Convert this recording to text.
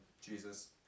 Jesus